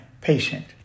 patient